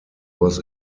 was